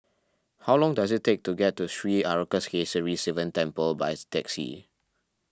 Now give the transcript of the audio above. how long does it take to get to Sri Arasakesari Sivan Temple by taxi